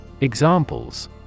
Examples